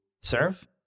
serve